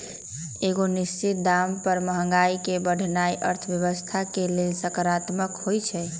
एगो निश्चित दाम पर महंगाई के बढ़ेनाइ अर्थव्यवस्था के लेल सकारात्मक होइ छइ